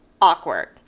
Awkward